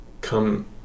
come